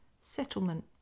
Settlement